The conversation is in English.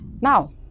now